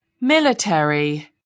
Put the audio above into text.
military